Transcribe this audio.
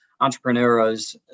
entrepreneurs